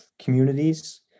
communities